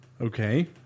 Okay